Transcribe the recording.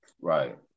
Right